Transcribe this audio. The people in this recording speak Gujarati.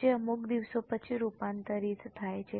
જે અમુક દિવસો પછી રૂપાંતરિત થાય છે